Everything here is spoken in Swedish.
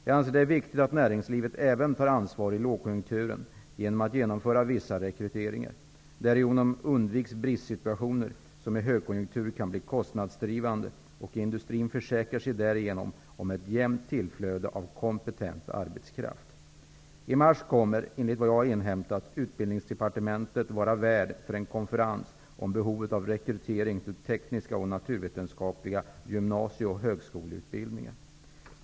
Jag anser att det är viktigt att näringslivet tar ansvar även i lågkonjunkturer genom att genomföra vissa rekryteringar. Därigenom undviks bristsituationer som i högkonjunktur kan bli kostnadsdrivande, och industrin försäkrar sig därigenom om ett jämnt tillflöde av kompetent arbetskraft. I mars kommer, enligt vad jag har inhämtat, Utbildningsdepartementet att vara värd för en konferens om behovet av rekrytering till tekniska och naturvetenskapliga gymnasie och högskoleutbildningar.